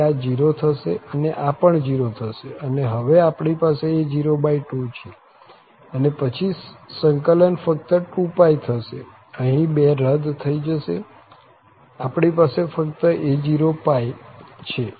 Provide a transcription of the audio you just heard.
આથી આ 0 થશે અને આ પણ 0 થશે અને હવે આપણી પાસે a02 છે અને પછી સંકલન ફક્ત 2π થશે અહીં 2 રદ થઇ જશે આપણી પાસે ફક્ત a0 છે